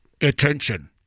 Attention